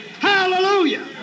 Hallelujah